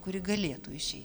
kuri galėtų išei